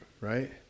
right